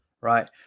right